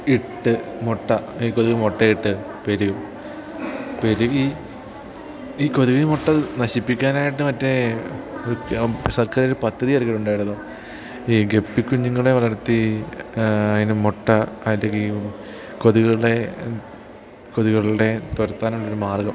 ഇട്ട് മുട്ട ഈ കൊതുക് മുട്ട ഇട്ട് പെരുകും പെരുകി ഈ കൊതുക് മുട്ട നശിപ്പിക്കാനായിട്ട് മറ്റേ സർക്കാർ പദ്ധതി ഇറക്കിയിട്ടുണ്ടായിരുന്നു ഈ ഗപ്പിക്കുഞ്ഞുങ്ങളെ വളർത്തി അതിന് മുട്ട അല്ലെങ്കിൽ കൊതുകുകളുടെ കൊതുകുകളുടെ തുരത്താനുള്ള ഒരു മാർഗ്ഗം